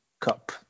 Cup